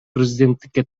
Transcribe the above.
президенттикке